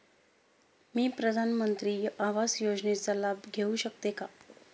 मी प्रधानमंत्री आवास योजनेचा लाभ घेऊ शकते का?